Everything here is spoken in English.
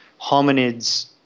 hominids